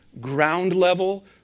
ground-level